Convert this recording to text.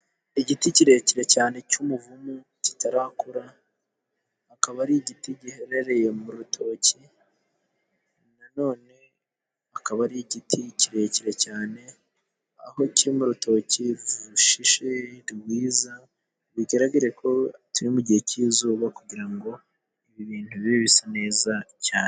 Igiti kirekire cyane cy'umuvumu kitarakura, akaba ari igiti giherereye mu rutoki, na none akaba ari igiti kirekire cyane, aho kiri mu rutoki rushishe rwiza, bigaraga ko turi mu gihe cy'izuba, kugira ngo ibi bintu bibe bisa neza cyane.